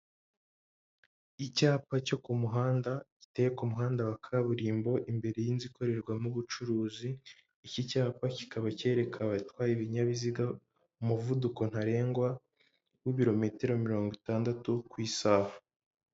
Icyapa cyo ku muhanda, giteye ku muhanda wa kaburimbo, imbere y'inzu ikorerwamo ubucuruzi, iki cyapa kikaba cyerereka abatwaye ibinyabiziga umuvuduko ntarengwa, w'ibirometero mirongo itandatu ku isaha.